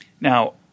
Now